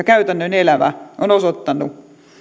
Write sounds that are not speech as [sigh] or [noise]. [unintelligible] käytännön elämä ovat osoittaneet